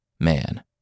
man